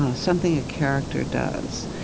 ah something a character does,